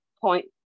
point